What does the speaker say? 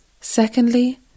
secondly